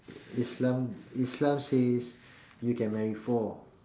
islam islam says you can marry four